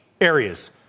areas